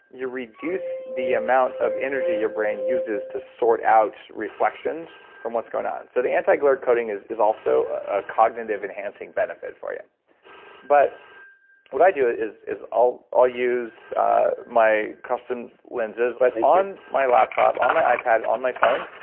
you reduce the amount of energy your brain uses to sort out reflections from what's going on. so the anti-glare coating is is also a cognitive enhancing benefit for you but what i do is is i'll i'll use my custom lenses, although on my laptop, on my ipad, on my phone,